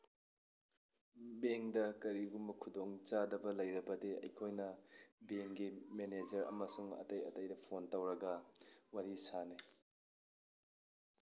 ꯕꯦꯡꯗ ꯀꯔꯤꯒꯨꯝꯕ ꯈꯨꯗꯣꯡ ꯆꯥꯗꯕ ꯂꯩꯔꯕꯗꯤ ꯑꯩꯈꯣꯏꯅ ꯕꯦꯡꯒꯤ ꯃꯦꯅꯦꯖꯔ ꯑꯃꯁꯨꯡ ꯑꯇꯩ ꯑꯇꯩꯗ ꯐꯣꯟ ꯇꯧꯔꯒ ꯋꯥꯔꯤ ꯁꯥꯅꯩ